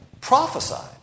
prophesied